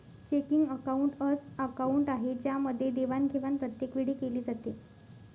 checking account अस account आहे ज्यामध्ये देवाणघेवाण प्रत्येक वेळी केली जाते